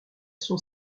sont